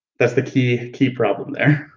that's the key key problem there.